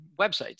websites